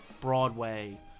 Broadway